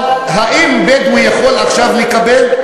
אבל האם בדואי יכול עכשיו לקבל,